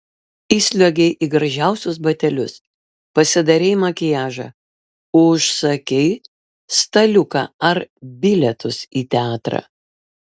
įsliuogei į gražiausius batelius pasidarei makiažą užsakei staliuką ar bilietus į teatrą